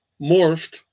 morphed